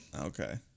Okay